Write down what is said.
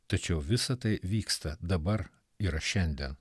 tačiau visa tai vyksta dabar yra šiandien